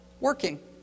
working